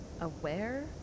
aware